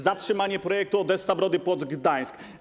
Zatrzymanie projektu Odessa - Brody - Płock - Gdańsk.